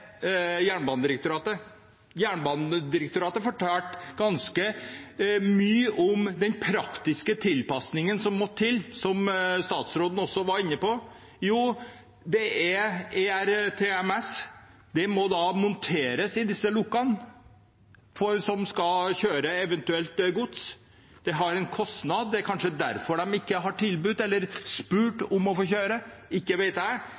Jernbanedirektoratet. Jernbanedirektoratet fortalte ganske mye om den praktiske tilpassingen som må til, som statsråden også var inne på. ERTMS må monteres i de lokene som eventuelt skal kjøre gods. Det har en kostnad. Det er kanskje derfor de ikke har tilbudt eller spurt om å få kjøre – ikke vet jeg.